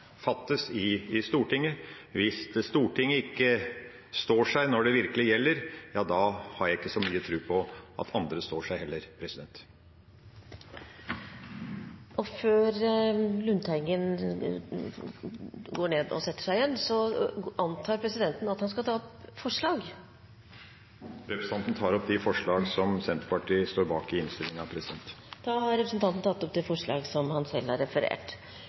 i Stortinget. Hvis Stortinget ikke står seg når det virkelig gjelder, ja da har jeg ikke så mye tro på at andre står seg heller. Presidenten antar at Per Olaf Lundteigen skal ta opp forslag før han setter seg igjen? Representanten tar opp det forslaget som Senterpartiet og Sosialistisk Venstreparti står bak i innstillinga. Da har representanten Per Olaf Lundteigen tatt opp det forslaget han